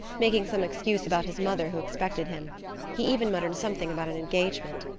making some excuse about his mother who expected him he even muttered something about an engagement.